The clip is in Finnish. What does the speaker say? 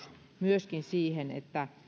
myöskin siihen että